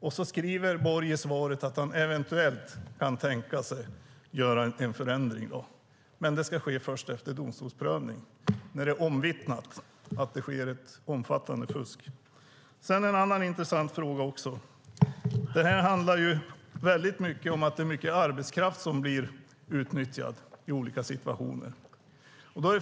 Borg skriver i svaret att han eventuellt kan tänka sig att göra en förändring men att det ska ske först efter domstolsprövning - när det är omvittnat att det sker ett omfattande fusk. Sedan finns det en annan intressant fråga. Det här handlar väldigt mycket om att det är mycket arbetskraft som blir utnyttjad i olika situationer.